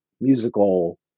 musical